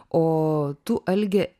o tu alge